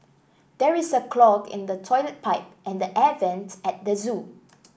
there is a clog in the toilet pipe and the air vents at the zoo